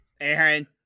Aaron